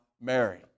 Mary